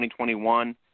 2021